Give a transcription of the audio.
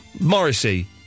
Morrissey